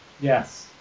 Yes